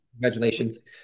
congratulations